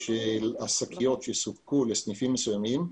השקיות שסופקו לסניפים מסוימים,